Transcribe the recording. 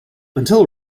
until